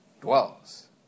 dwells